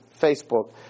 Facebook